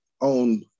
own